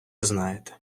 знаєте